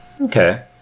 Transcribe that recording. okay